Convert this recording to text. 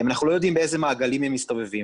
אנחנו לא יודעים באילו מעגלים הם מסתובבים,